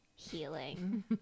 healing